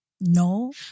no